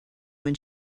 when